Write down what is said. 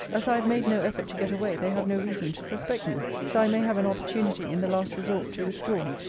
as i have made no effort to get away, they have no reason to suspect me so i may have an opportunity, in the last resort, to withdraw.